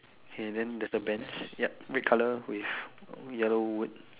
okay then there's a Bench yep red colour with yellow words